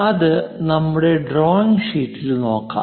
അത് നമ്മുടെ ഡ്രോയിംഗ് ഷീറ്റിൽ നോക്കാം